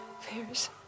fears